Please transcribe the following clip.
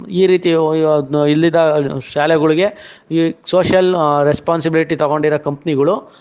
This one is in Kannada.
ಈ ರೀತಿ ಇಲ್ದಿದ್ದ ಶಾಳೆಗಳಿಗೆ ಈ ಸೋಷಿಯಲ್ ರೆಸ್ಪಾನ್ಸಿಬಿಲಿಟಿ ತಗೊಂಡಿರೊ ಕಂಪ್ನಿಗಳು